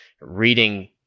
reading